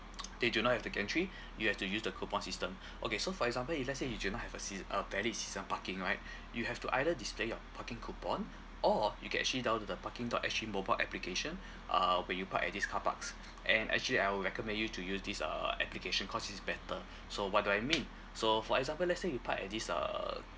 they do not have the gantry you have to use the coupon system okay so for example if let's say you do not have a seas~ a valid season parking right you have to either display your parking coupon or you can actually download the parking dot S G mobile application uh when you park at these car parks and actually I will recommend you to use this uh application cause it's better so what do I mean so for example let's say you park at these uh